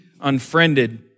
unfriended